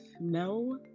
No